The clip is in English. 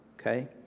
Okay